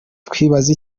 twibaza